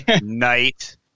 night